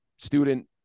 student